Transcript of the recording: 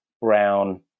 brown